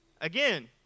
Again